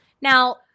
Now –